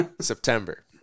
September